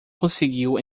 conseguiu